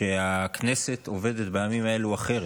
שהכנסת עובדת בימים האלה אחרת,